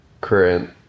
current